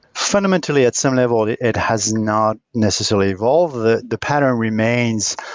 fundamentally at some level it has not necessarily evolved. the the pattern remains,